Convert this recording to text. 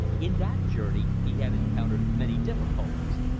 in that journey he had encountered many difficulties.